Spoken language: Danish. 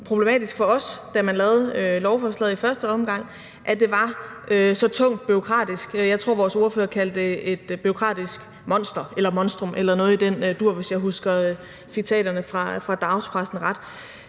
problematisk for os, da man lavede lovforslaget i første omgang, var, at det var så tungt og bureaukratisk. Jeg tror, at vores ordfører kaldte det et bureaukratisk monster eller monstrum eller noget i den dur, hvis jeg husker citaterne fra dagspressen ret.